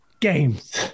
Games